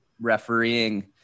refereeing